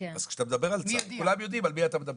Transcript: אז כשאתה מדבר על צה"ל כולם יודעים על מי אתה מדבר,